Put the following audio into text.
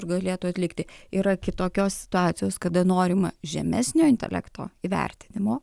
ir galėtų atlikti yra kitokios situacijos kada norima žemesnio intelekto įvertinimo